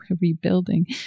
rebuilding